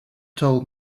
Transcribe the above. told